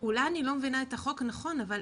אולי אני לא מבינה את החוק נכון, אבל